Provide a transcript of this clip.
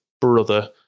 brother